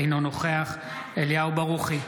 אינו נוכח אליהו ברוכי,